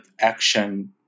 action